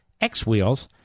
XWHEELS